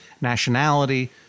nationality